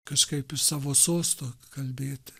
kažkaip iš savo sosto kalbėti